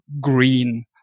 green